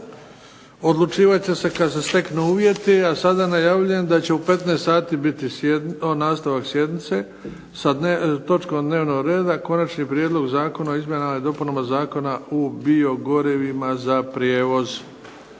Odlučivat će se kad se steknu uvjeti, a sada najavljujem da će u 15 sati biti nastavak sjednice sa točkom dnevnog reda Konačni prijedlog Zakona o izmjenama i dopunama Zakona o biogorivima za prijevoz.